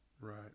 Right